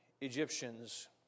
Egyptians